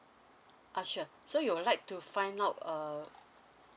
ah sure so you would like to find out err